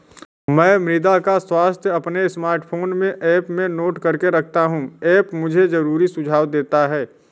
मैं मृदा का स्वास्थ्य अपने स्मार्टफोन में ऐप में नोट करके रखता हूं ऐप मुझे जरूरी सुझाव देता है